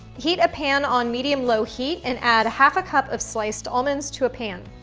heat a pan on medium low heat, and add half a cup of sliced almonds to a pan.